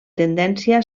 tendència